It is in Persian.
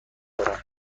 دارم